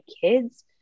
kids